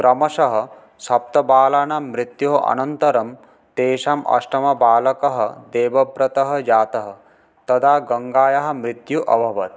क्रमशः सप्तबालानां मृत्योः अनन्तरं तेषाम् अष्टमबालकः देवव्रतः जातः तदा गङ्गायाः मृत्युः अभवत्